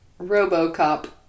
RoboCop